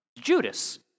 Judas